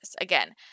Again